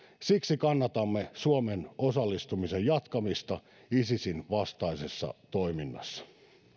siksi kannatamme suomen osallistumisen jatkamista isisin vastaisessa toiminnassa